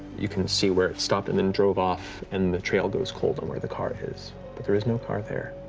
you can see where it stopped and then drove off and the trail goes cold on where the car is, but there is no car there.